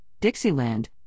Dixieland